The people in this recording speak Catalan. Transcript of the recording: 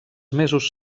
mesos